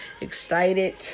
excited